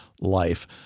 life